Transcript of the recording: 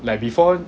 like before